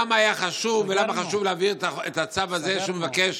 למה היה חשוב ולמה חשוב להעביר את הצו הזה שהוא מבקש,